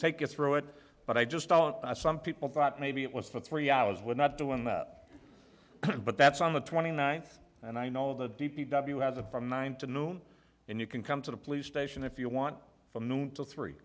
take you through it but i just thought some people thought maybe it was for three hours we're not doing that but that's on the twenty ninth and i know the d p w has a from nine to noon and you can come to the police station if you want from noon to three